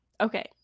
Okay